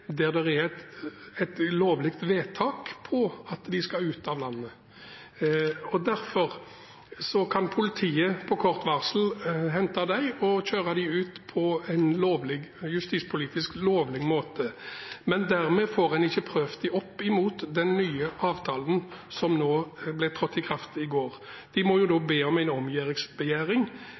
der det er et lovlig vedtak om at de skal ut av landet. Derfor kan politiet på kort varsel hente dem og kjøre dem ut på en justispolitisk lovlig måte, men dermed får en ikke prøvd deres sak opp mot den nye avtalen som trådte i kraft i går. De må da be om en